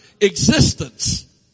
existence